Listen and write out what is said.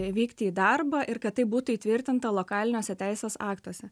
vykti į darbą ir kad tai būtų įtvirtinta lokaliniuose teisės aktuose